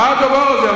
מה הדבר הזה?